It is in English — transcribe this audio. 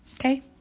okay